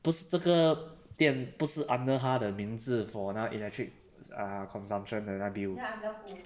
不是这个电不是 under 他的名字 for 那个 electric consumption 的那个 bill